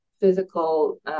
physical